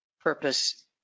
purpose